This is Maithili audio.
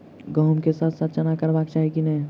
गहुम केँ साथ साथ चना करबाक चाहि की नै?